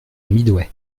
midway